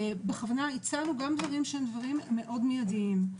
בכוונה הצענו גם דברים שהם מאוד מידיים.